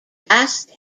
fast